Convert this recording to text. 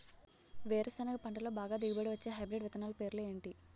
వేరుసెనగ పంటలో బాగా దిగుబడి వచ్చే హైబ్రిడ్ విత్తనాలు పేర్లు ఏంటి?